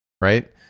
Right